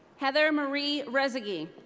heather marie resseguie.